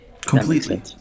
Completely